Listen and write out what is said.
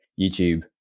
youtube